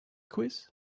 quiz